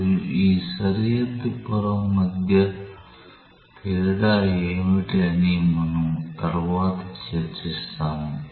మరియు ఈ సరిహద్దు పొర మధ్య తేడా ఏమిటి అని మనము తరువాత చర్చిస్తాము